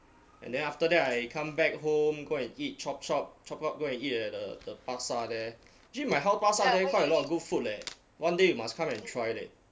and then after that I come back home go and eat chop chop chop up go and eat at the the 巴刹 there actually my house 巴刹 there quite a lot of good food leh one day you must come and try it